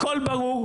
הכל ברור.